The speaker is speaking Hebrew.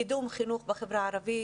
קידום חינוך בחברה הערבית,